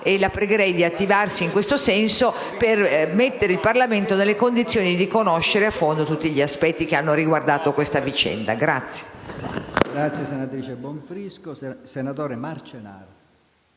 La pregherei di attivarsi in questo senso per mettere il Parlamento nelle condizioni di conoscere a fondo tutti gli aspetti che hanno riguardato questa vicenda. **Per